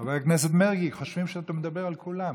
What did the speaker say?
חבר הכנסת מרגי, חושבים שאתה מדבר על כולם.